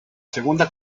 segunda